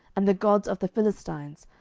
and the gods of the philistines,